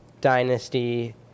dynasty